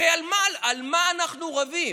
הרי על מה על מה אנחנו רבים?